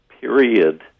period